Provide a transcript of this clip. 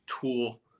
tool